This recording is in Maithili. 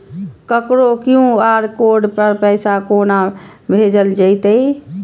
ककरो क्यू.आर कोड पर पैसा कोना भेजल जेतै?